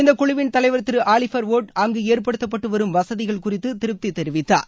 இந்த குழுவின் தலைவர் திரு ஆவிபர் ஓஃட் அங்கு ஏற்படுத்தப்பட்டு வரும் வசதிகள் குறித்து திருப்தி தெரிவித்தார்